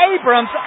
Abrams